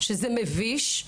זה מביש.